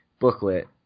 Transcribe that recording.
booklet